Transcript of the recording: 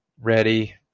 ready